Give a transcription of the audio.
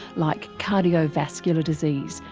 like cardiovascular disease,